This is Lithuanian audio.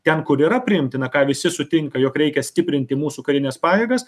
ten kur yra priimtina ką visi sutinka jog reikia stiprinti mūsų karines pajėgas